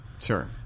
Sure